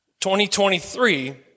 2023